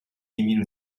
emil